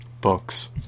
books